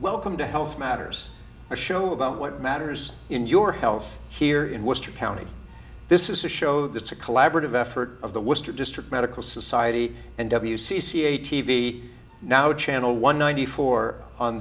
welcome to health matters a show about what matters in your health here in worcester county this is a show that's a collaborative effort of the worcester district medical society and w c c a t v now channel one ninety four on